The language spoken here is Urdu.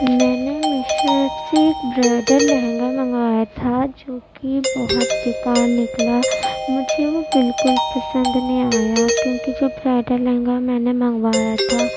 میں نے میشو ایپ سے ایک برائڈل لہنگا منگایا تھا جو کہ بہت بیکار نکلا مجھے وہ بالکل پسند نہیں آیا کیونکہ جو برائدل لہنگا میں نے منگوایا تھا